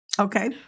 Okay